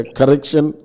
correction